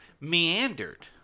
meandered